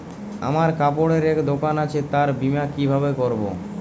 আমার কাপড়ের এক দোকান আছে তার বীমা কিভাবে করবো?